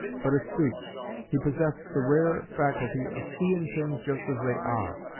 but astute he possessed the rare faculty of seeing things just as they are.